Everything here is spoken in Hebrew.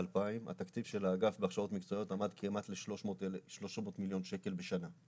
התקציב של האגף להכשרות מקצועיות עמד כמעט על 300 מיליון שקלים בשנה.